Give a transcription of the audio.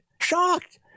shocked